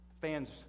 Fans